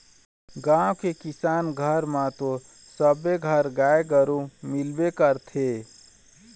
गाँव के किसान घर म तो सबे घर गाय गरु मिलबे करथे